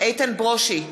איתן ברושי,